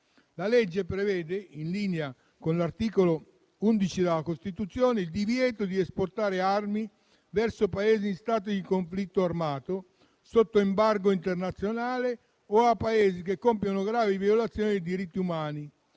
La legge prevede, in linea con l'articolo 11 della Costituzione, il divieto di esportare armi verso Paesi in stato di conflitto armato, sotto embargo internazionale o a Paesi che compiono gravi violazioni dei diritti umani,